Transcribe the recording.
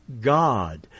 God